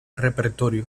repertorio